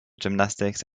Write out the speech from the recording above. gymnastics